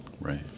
Right